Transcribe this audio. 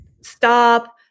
stop